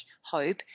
hope